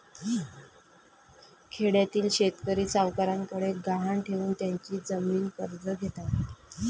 खेड्यातील शेतकरी सावकारांकडे गहाण ठेवून त्यांची जमीन कर्ज घेतात